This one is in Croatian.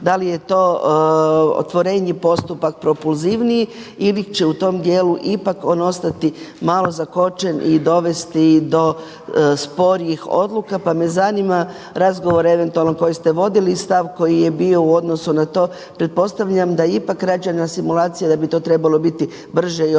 da li je to otvoreniji postupak, propulzivniji ili će u tom dijelu ipak on ostati malo zakočen i dovesti do sporijih odluka, pa me zanima razgovor eventualno koji ste vodili i stav koji je bio u odnosu na to. Pretpostavljam da je ipak rađena simulacija da bi to trebalo biti bržije i operativnije.